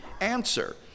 answer